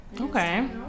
okay